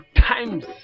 times